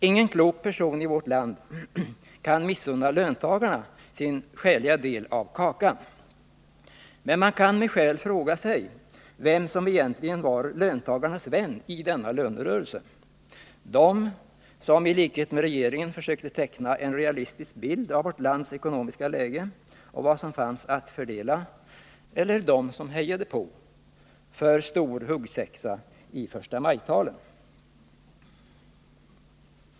Ingen klok person i vårt land kan missunna löntagarna deras skäliga del av kakan. Men man kan med fog fråga sig vem som egentligen var löntagarnas vän i denna lönerörelse. Var det de som i likhet med regeringen försökte teckna en realistisk bild av vårt lands ekonomiska läge och vad som fanns att fördela, eller var det de som i förstamajtalen hejade på för stor huggsexa?